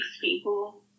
people